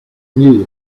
knew